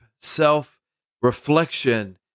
self-reflection